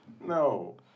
no